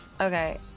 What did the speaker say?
Okay